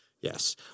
yes